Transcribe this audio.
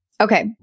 Okay